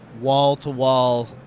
wall-to-wall